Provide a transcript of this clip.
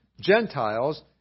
Gentiles